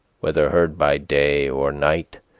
whether heard by day or night,